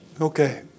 Okay